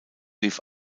lief